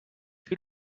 two